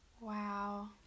Wow